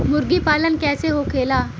मुर्गी पालन कैसे होखेला?